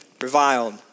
reviled